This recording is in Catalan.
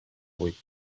vuit